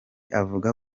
avuga